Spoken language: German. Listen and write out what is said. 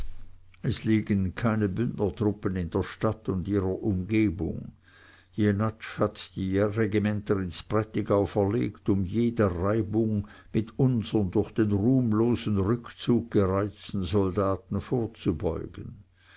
es liegen keine bündnertruppen in der stadt und ihrer umgebung jenatsch hat die regimenter ins prätigau verlegt um jeder reibung mit unsern durch den ruhmlosen rückzug gereizten soldaten vorzubeugen